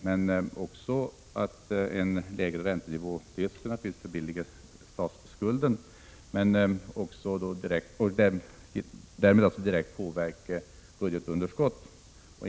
Men en lägre räntenivå skulle också förbilliga statsskulden och därmed direkt påverka budgetunderskottet.